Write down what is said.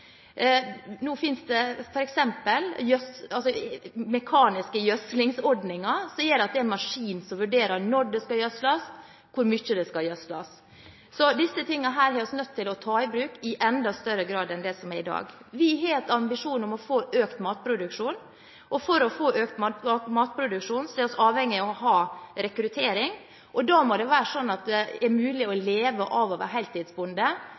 det samme arealet. Nå finnes det f.eks. mekaniske gjødslingsordninger, der det er en maskin som vurderer når det skal gjødsles og hvor mye det skal gjødsles. Disse tingene er vi nødt til å ta i bruk i enda større grad enn i dag. Vi har en ambisjon om å få økt matproduksjon, og for å få økt matproduksjon er vi avhengig av å ha rekruttering. Da må det være mulig å leve av å være heltidsbonde og ikke sånn